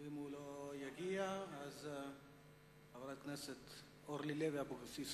אם הוא לא יגיע, חברת הכנסת אורלי לוי אבקסיס